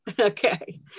Okay